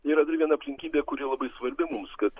yra dar viena aplinkybė kuri labai svarbi mums kad